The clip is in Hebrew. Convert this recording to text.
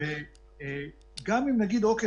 גם אם נגיד: אוקיי,